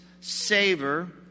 savor